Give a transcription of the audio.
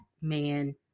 man